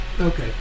Okay